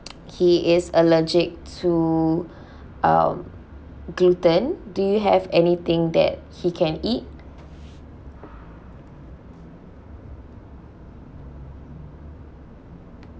he is allergic to um gluten do you have anything that he can eat